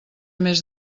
més